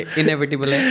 inevitable